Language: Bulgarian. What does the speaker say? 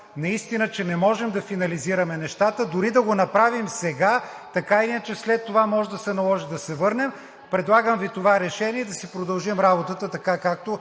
наистина не можем да финализираме нещата, дори да го направим сега, така или иначе, след това може да се наложи да се върнем. Предлагам Ви това решение – да си продължим работата така, както